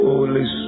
Holy